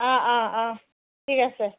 অঁ অঁ অঁ ঠিক আছে